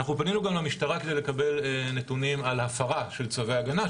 אנחנו פנינו גם למשטרה כדי לקבל נתונים על הפרה של צווי הגנה,